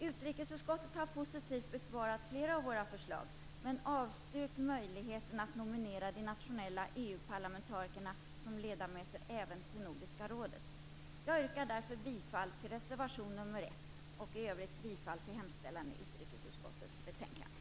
Utrikesutskottet har positivt besvarat flera av våra förslag men avstyrkt möjligheten att nominera de nationella EU-parlamentarikerna som ledamöter även till Nordiska rådet. Jag yrkar därför bifall till reservation nr 1 och i övrigt bifall till hemställan i utrikesutskottets betänkande.